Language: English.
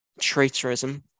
traitorism